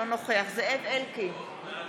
אינו נוכח זאב אלקין,